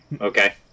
okay